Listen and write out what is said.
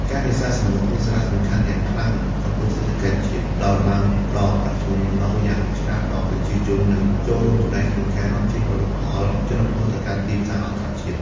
ការនេសាទសមុទ្រមានសារៈសំខាន់យ៉ាងខ្លាំងចំពោះសេដ្ឋកិច្ចជាតិ ដោយបានផ្ដល់ប្រាក់ចំណូលយ៉ាងច្រើនដល់ប្រជាជន និងចូលរួមចំណែកក្នុងការនាំចេញផលិតផលជលផលទៅកាន់ទីផ្សារអន្តរជាតិ។